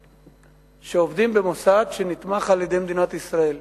שעובדים במוסד הנתמך על-ידי מדינת ישראל.